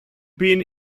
been